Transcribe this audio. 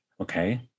Okay